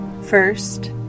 First